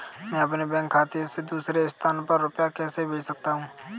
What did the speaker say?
मैं अपने बैंक खाते से दूसरे स्थान पर रुपए कैसे भेज सकता हूँ?